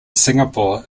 singapore